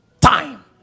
time